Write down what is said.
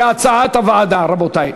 כהצעת הוועדה, רבותי.